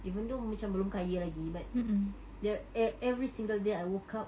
even though macam belum kaya lagi but there ev~ every single day I woke up